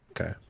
Okay